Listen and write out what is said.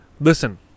Listen